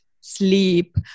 sleep